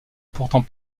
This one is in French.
pourtant